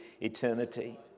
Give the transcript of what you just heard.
eternity